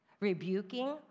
rebuking